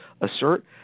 assert